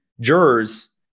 jurors